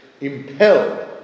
impelled